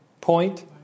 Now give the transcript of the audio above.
Point